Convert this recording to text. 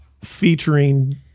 featuring